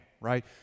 right